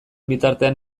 bitartean